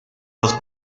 los